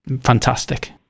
fantastic